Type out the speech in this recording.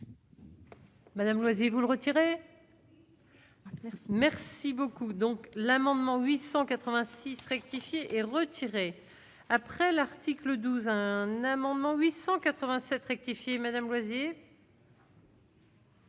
Madame Loisy vous le retirer. Merci beaucoup, donc l'amendement 886 rectifié et retiré après l'article 12 un amendement 887 rectifié madame.